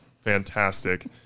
fantastic